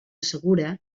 segura